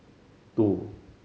two